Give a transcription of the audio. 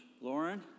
Lauren